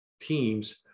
teams